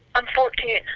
i'm fourteen.